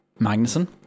magnuson